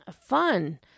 fun